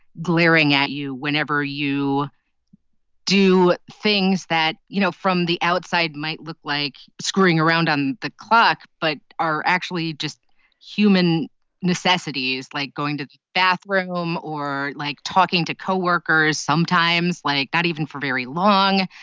glaring at you whenever you do things that, you know, from the outside, might look like screwing around on the clock but are actually just human necessities, like going to the bathroom or, like, talking to co-workers sometimes, like, not even for very long.